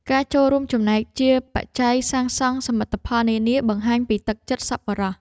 ការចូលរួមចំណែកជាបច្ច័យសាងសង់សមិទ្ធផលនានា បង្ហាញពីទឹកចិត្តសប្បុរស។